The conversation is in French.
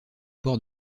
port